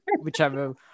whichever